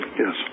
yes